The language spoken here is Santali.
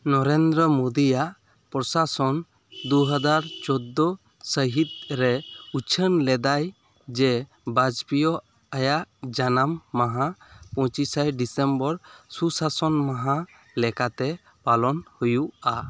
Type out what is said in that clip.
ᱱᱚᱨᱮᱱᱫᱨᱚ ᱢᱳᱫᱤᱭᱟᱜ ᱯᱨᱚᱥᱟᱥᱚᱱ ᱫᱩᱦᱟᱡᱟᱨ ᱪᱳᱫᱽᱫᱚ ᱥᱟᱹᱦᱤᱛ ᱨᱮ ᱩᱪᱷᱟᱹᱱ ᱞᱮᱫᱟᱭ ᱡᱮ ᱵᱟᱡᱽᱯᱮᱭᱤ ᱟᱭᱟᱜ ᱡᱟᱱᱟᱢ ᱢᱟᱦᱟ ᱯᱚᱪᱤᱥᱟ ᱰᱤᱥᱮᱢᱵᱚᱨ ᱥᱩᱥᱟᱥᱚᱱ ᱢᱟᱦᱟ ᱞᱮᱠᱟᱛᱮ ᱯᱟᱞᱚᱱ ᱦᱩᱭᱩᱜᱼᱟ